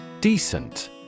Decent